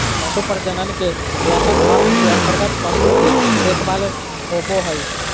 पशु प्रजनन के व्यापक अर्थ के अंतर्गत पशु के देखभाल होबो हइ